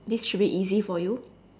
this should be easy for you